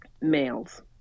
Males